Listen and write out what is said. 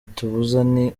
itubuzani